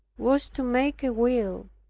was to make a will.